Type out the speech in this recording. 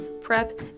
prep